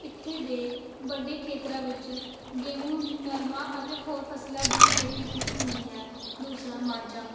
ਇੱਥੇ ਦੇ ਵੱਡੇ ਖੇਤਰਾਂ ਵਿੱਚ ਗੇਹੂੰ ਨਰਮਾ ਅਤੇ ਹੋਰ ਫ਼ਸਲਾਂ ਦੀ ਖੇਤੀ ਕੀ ਹੁੰਦੀ ਹੈ ਦੂਸਰਾ ਮਾਝਾ